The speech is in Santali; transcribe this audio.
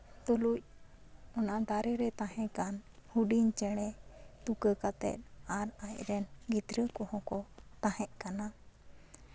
ᱛᱩᱞᱩᱡ ᱚᱱᱟ ᱫᱟᱨᱮ ᱨᱮ ᱛᱟᱦᱮᱸ ᱠᱟᱱ ᱦᱩᱰᱤᱧ ᱪᱮᱬᱮ ᱛᱩᱠᱟᱹ ᱠᱟᱛᱮᱜ ᱟᱨ ᱟᱡᱨᱮᱱ ᱜᱤᱫᱽᱨᱟᱹ ᱠᱚᱦᱚᱸ ᱠᱚ ᱛᱟᱦᱮᱸᱜ ᱠᱟᱱᱟ